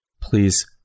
please